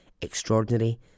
Extraordinary